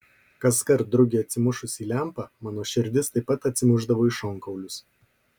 kaskart drugiui atsimušus į lempą mano širdis taip pat atsimušdavo į šonkaulius